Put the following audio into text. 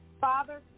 Father